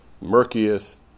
murkiest